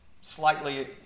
slightly